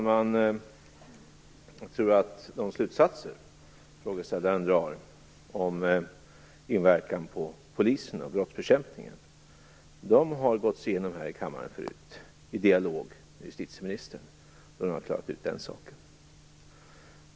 Fru talman! De slutsatser frågeställaren drar om inverkan på polisen och brottsbekämpningen har frågeställaren gått igenom här i kammaren förut i dialog med justitieministern. Då klarade de ut den saken.